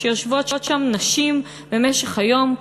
שיושבות שם נשים במשך היום,